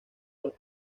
los